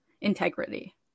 integrity